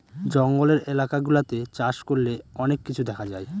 জঙ্গলের এলাকা গুলাতে চাষ করলে অনেক কিছু দেখা যায়